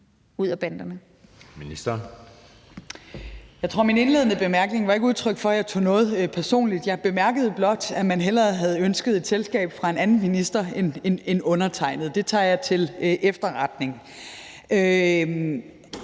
Løhde): Min indledende bemærkning tror jeg ikke var udtryk for, at jeg tog noget personligt; jeg bemærkede blot, at man hellere havde ønsket et selskab fra en anden minister end undertegnede, og det tager jeg til efterretning.